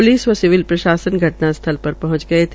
police व civil प्रशासन घटना स्थल पर पहुंच गया था